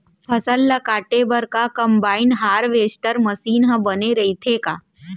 फसल ल काटे बर का कंबाइन हारवेस्टर मशीन ह बने रइथे का?